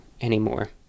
anymore